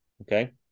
okay